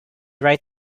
right